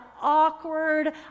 awkward